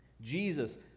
Jesus